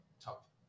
top